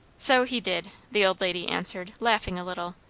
so he did, the old lady answered, laughing a little.